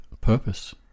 purpose